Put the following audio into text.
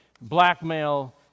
blackmail